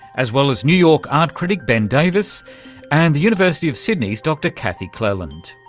as well as new york art critic ben davis and the university of sydney's dr kathy cleland.